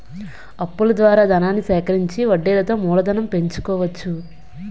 అప్పుల ద్వారా ధనాన్ని సేకరించి వడ్డీలతో మూలధనం పెంచుకోవచ్చు